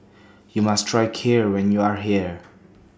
YOU must Try Kheer when YOU Are here